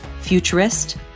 futurist